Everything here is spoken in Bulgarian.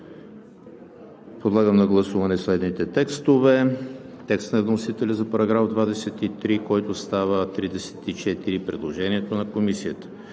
Подлагам на гласуване следните текстове: текст на вносителя за § 23, който става § 34; предложението на Комисията